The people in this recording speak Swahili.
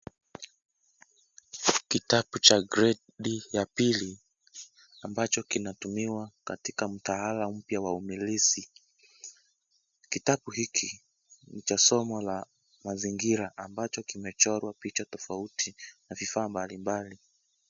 Kitabu cha gredi ya pili ambacho kinatumiwa katika mtaala mpya wa umilisi, kitabu hiki ni cha somo la mazingira ambacho kimechorwa picha tofauti na vifaa mbalimbali.